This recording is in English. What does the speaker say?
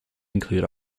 include